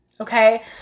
okay